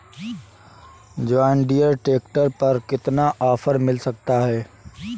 John Deere tractor पर कितना offer मिल सकता है?